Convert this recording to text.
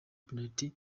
penaliti